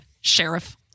Sheriff